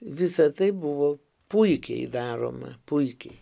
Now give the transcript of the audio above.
visa tai buvo puikiai daroma puikiai